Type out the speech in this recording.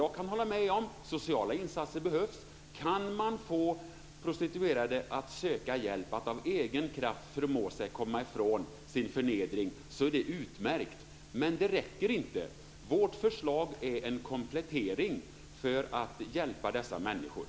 Jag kan hålla med om att sociala insatser behövs. Kan man få prostituerade att söka hjälp och av egen kraft förmås att komma ifrån sin förnedring är det utmärkt, men det räcker inte. Vårt förslag är en komplettering för att hjälpa dessa människor.